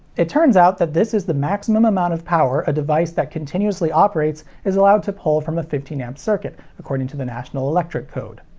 it turns out that this is the maximum amount of power a device that continuously operates is allowed to pull from a fifteen a circuit according to the national electric code.